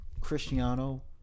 Cristiano